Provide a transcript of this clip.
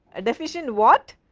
a deficient what?